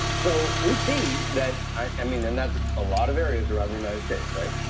so we see that i mean, and that's a lot of areas around the united states, right.